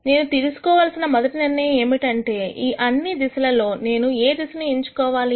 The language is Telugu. నేను తీసుకోవలసిన మొదటి నిర్ణయం ఏమిటంటే ఈ అన్ని దిశలలో నేను ఏ దిశను ఎంచుకోవాలి